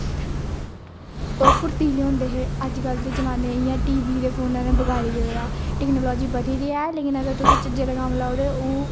ओह् फुर्तीले होंदे हे अजकल दे जमाने इयां टीवी दे फोने दे बगाड़ी ओड़े ना टेक्नोलाॅजी बधी दी ऐ लेकिन अगर तुसें जेहड़ा कम्म लाओ ते ओह्